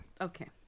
Okay